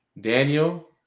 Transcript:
Daniel